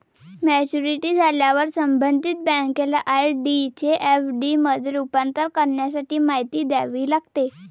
maturity झाल्यावर संबंधित बँकेला आर.डी चे एफ.डी मध्ये रूपांतर करण्यासाठी माहिती द्यावी लागते